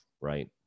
right